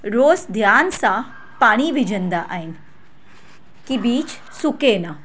रोज़ ध्यानु सां पाणी विझंदा आहिनि की बिज सुके न